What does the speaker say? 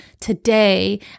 today